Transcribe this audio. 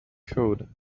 code